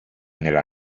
nella